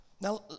Now